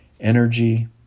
energy